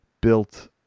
built